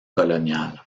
coloniale